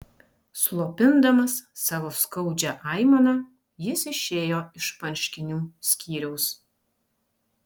slopindamas savo skaudžią aimaną jis išėjo iš marškinių skyriaus